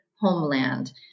homeland